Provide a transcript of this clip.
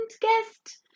guest